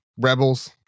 Rebels